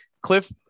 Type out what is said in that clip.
cliff